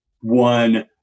one